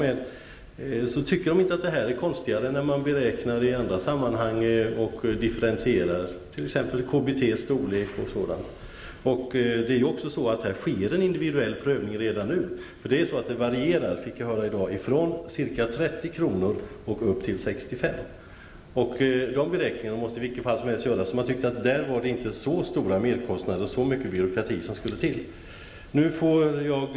Men där tycker man inte att detta är konstigare än differentiering i andra fall, t.ex. när det gäller KBT. Det sker redan nu en individuell prövning. Jag fick veta i dag att avgiften varierar från ca 30 kr. upp till 65 kr. De beräkningarna måste göras i vilket fall som helst. Man tyckte att det inte var så stora merkostnader och så mycket byråkrati som skulle till.